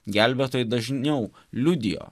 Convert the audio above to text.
gelbėtojai dažniau liudijo